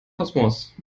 kosmos